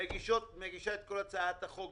מגישה את כל הצעת החוק